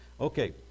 Okay